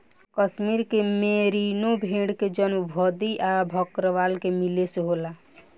कश्मीर के मेरीनो भेड़ के जन्म भद्दी आ भकरवाल के मिले से होला